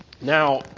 Now